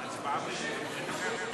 הצעת החוק לא התקבלה.